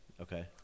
Okay